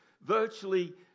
virtually